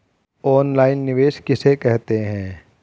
Online निवेश किसे कहते हैं?